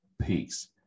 Peace